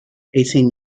eighteen